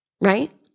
right